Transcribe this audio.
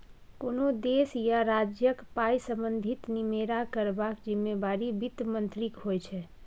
कोनो देश या राज्यक पाइ संबंधी निमेरा करबाक जिम्मेबारी बित्त मंत्रीक होइ छै